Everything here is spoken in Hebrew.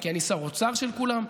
כי אני שר אוצר של כולם,